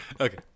Okay